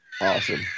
Awesome